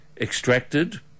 extracted